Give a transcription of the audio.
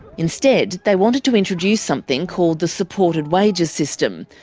instead they wanted to introduce something called the supported wages system.